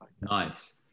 Nice